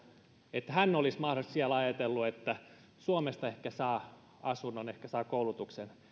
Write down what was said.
että hän olisi mahdollisesti siellä ajatellut että suomesta ehkä saa asunnon ehkä saa koulutuksen